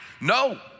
no